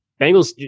Bengals